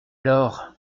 alors